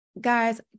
guys